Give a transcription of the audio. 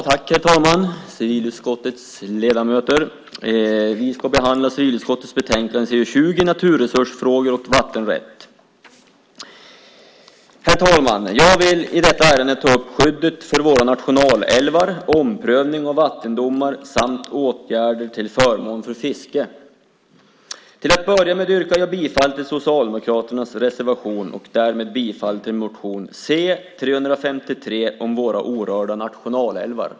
Herr talman! Civilutskottets ledamöter! Vi ska behandla civilutskottets betänkande CU20, Naturresursfrågor och vattenrätt . Jag vill i detta ärende ta upp skyddet för våra nationalälvar, omprövning av vattendomar samt åtgärder till förmån för fiske. Till att börja med yrkar jag bifall till Socialdemokraternas reservation och därmed bifall till motion C353 om våra orörda nationalälvar.